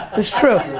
it's true,